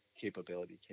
capability